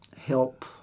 help